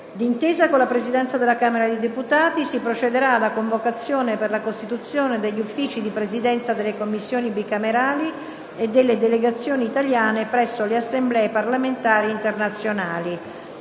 D'intesa con la Presidenza della Camera dei deputati, si procederà alla convocazione per la costituzione degli Uffici di Presidenza delle Commissioni bicamerali e delle Delegazioni italiane presso le Assemblee parlamentari internazionali.